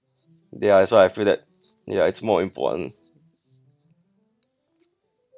they are as well I feel that ya it's more important